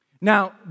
Now